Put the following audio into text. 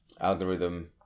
algorithm